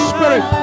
Spirit